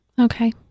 Okay